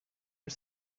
are